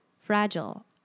fragile